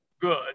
good